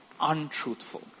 untruthful